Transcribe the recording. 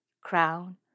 crown